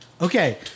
Okay